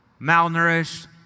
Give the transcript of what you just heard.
malnourished